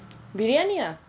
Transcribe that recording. biryani ah